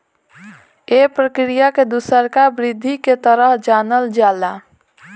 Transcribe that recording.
ए प्रक्रिया के दुसरका वृद्धि के तरह जानल जाला